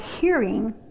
hearing